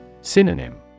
Synonym